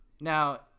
Now